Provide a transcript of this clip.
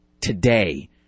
today